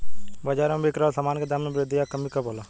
बाज़ार में बिक रहल सामान के दाम में वृद्धि या कमी कब होला?